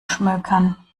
schmökern